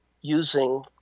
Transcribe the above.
using